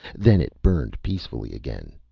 then it burned peacefully again.